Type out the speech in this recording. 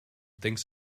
thinks